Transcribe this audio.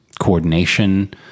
coordination